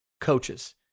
coaches